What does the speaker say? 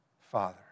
Father